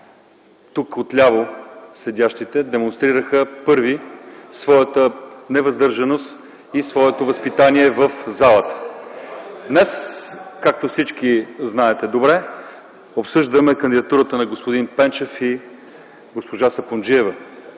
отляво седящите първи демонстрираха своята невъздържаност и своето възпитание в залата. Днес, както всички добре знаете, обсъждаме кандидатурите на господин Пенчев и госпожа Сапунджиева.